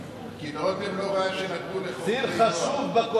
כי רותם לא ראה שנתנו לחוקרי נוער,